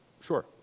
sure